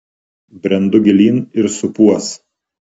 brendu gilyn ir supuos